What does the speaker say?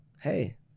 hey